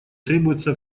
требуется